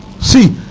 see